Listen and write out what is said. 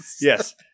Yes